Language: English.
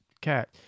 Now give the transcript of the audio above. cat